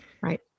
Right